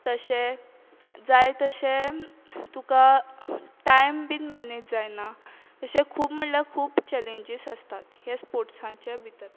तशें जाय तशें तुका टायम बीन मॅनेज जायना अशें खूब म्हळ्ळ्या खूब चलेंजीस आसतात हे स्पोर्ट्सांचे भितर